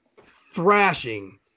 thrashing